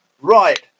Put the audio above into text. Right